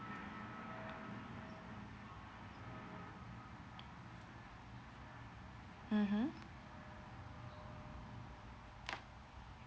mmhmm